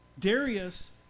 Darius